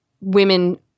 women